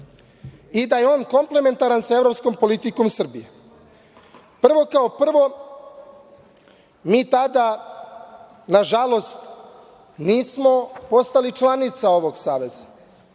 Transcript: i da je on komplementaran sa evropskom politikom Srbije. Prvo, kao prvo, mi tada nažalost nismo postali članica ovog saveza,